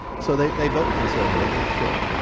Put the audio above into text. so, they they vote conservatively, sure.